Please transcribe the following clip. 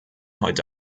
heute